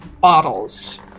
bottles